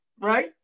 right